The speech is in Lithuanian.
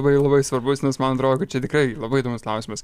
labai labai svarbus nes mano atrodo kad čia tikrai labai įdomus klausimas